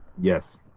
Yes